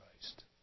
Christ